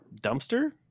dumpster